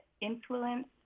influence